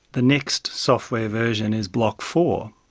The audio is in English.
the next software version is block four.